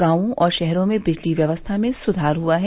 गांवों और शहरों में बिजली व्यवस्था में सुधार हुआ है